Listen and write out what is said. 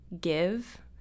give